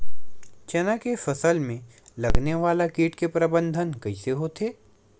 चना के फसल में लगने वाला कीट के प्रबंधन कइसे होथे?